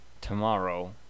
Tomorrow